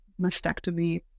mastectomy